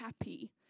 happy